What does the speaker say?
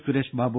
Sureshbabu